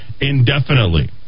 indefinitely